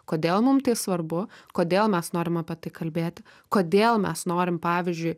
kodėl mum tai svarbu kodėl mes norim apie tai kalbėti kodėl mes norim pavyzdžiui